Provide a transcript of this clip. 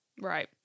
Right